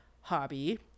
hobby